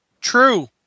True